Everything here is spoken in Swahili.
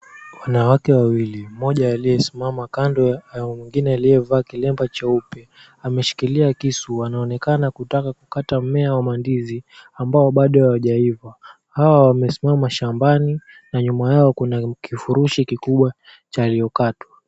Wanawake wawili, mmoja aliyesimama kando ya mwingine aliyevaa kilemba cheupe. Ameshikilia kisu wanaonekana kutaka kukata mmea wa mandizi ambao bado hawajaiva. Hawa wamesimama shambani na nyuma yao kuna kifurushi kikubwa cha yaliokatwa.